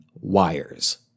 wires